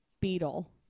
beetle